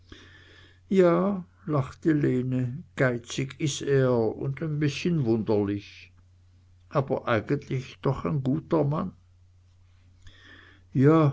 ja lachte lene geizig is er und ein bißchen wunderlich aber eigentlich doch ein guter mann ja